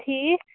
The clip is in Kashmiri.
ٹھیٖک